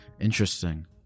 Interesting